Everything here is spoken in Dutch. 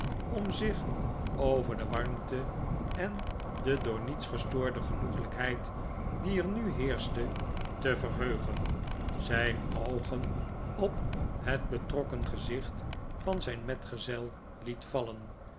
om zich over de warmte en de door niets gestoorde genoeglijkheid die er nu heerschten te verheugen zijn oogen op het betrokken gezicht van zijn metgezel liet vallen